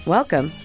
Welcome